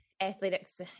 athletics